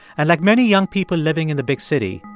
and like many young people living in the big city,